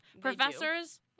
Professors